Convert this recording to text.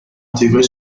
intégrer